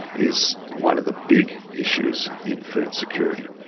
is one of the big issues in food security.